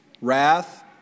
wrath